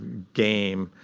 game.